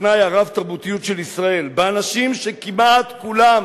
בתנאי הרב-תרבותיות של ישראל, באנשים שכמעט כולם